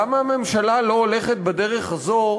למה הממשלה לא הולכת בדרך הזאת